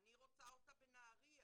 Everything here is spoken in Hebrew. אני רואה אותה בנהריה